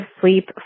sleep